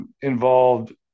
involved –